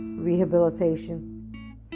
rehabilitation